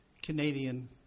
Canadian